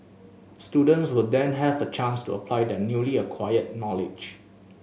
students will then have a chance to apply their newly acquired knowledge